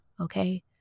okay